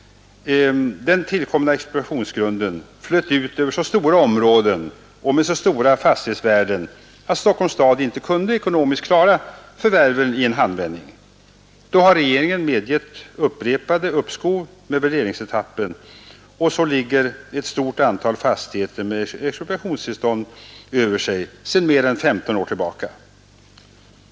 Den tillkomna expropriationsgrunden flöt ut över så stora områden och med så stora fastighetsvärden att Stockholms stad inte kunde ekonomiskt klara förvärven i en handvändning. Därför har regeringen medgett upprepade uppskov med värderingsetappen, och så ligger ett stort antal fastigheter med expropriationstillstånd över sig sedan mer än 15 år tillbaka.